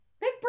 big